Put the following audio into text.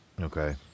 Okay